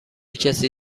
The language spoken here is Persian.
کسی